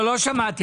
לא שמעתי.